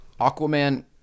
Aquaman